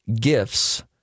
gifts